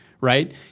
right